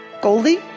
Goldie